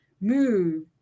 move